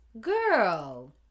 girl